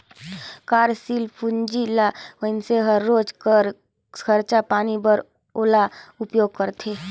कारसील पूंजी ल मइनसे हर रोज कर खरचा पानी बर ओला उपयोग करथे